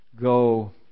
go